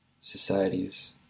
societies